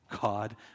God